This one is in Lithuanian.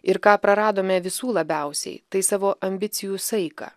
ir ką praradome visų labiausiai tai savo ambicijų saiką